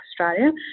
Australia